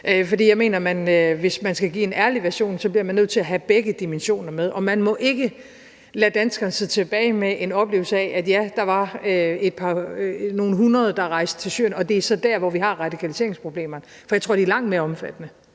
jeg mener, at hvis man skal give en ærlig version, bliver man nødt til at have begge dimensioner med, og man må ikke lade danskerne sidde tilbage med en oplevelse af, at der var nogle hundrede, der rejste til Syrien, og at det så er der, vi har radikaliseringsproblemerne, for jeg tror, det er langt mere omfattende.